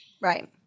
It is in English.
Right